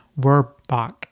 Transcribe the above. Werbach